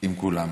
עם כולם.